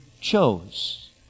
chose